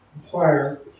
fire